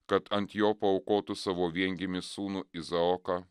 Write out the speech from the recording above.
kad ant jo paaukotų savo viengimį sūnų izaoką